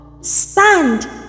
stand